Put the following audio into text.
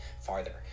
farther